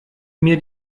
mir